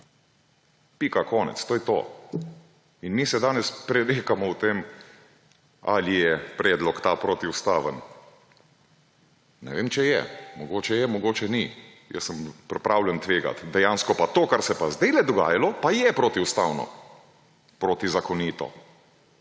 Pika, konec. To je to. Mi se danes prerekamo o tem, ali je ta predlog protiustaven. Ne vem, če je. Mogoče je, mogoče ni. Jaz sem pripravljen tvegati. Dejansko to, kar se je pa zdaj dogajalo, pa je protiustavno, protizakonito.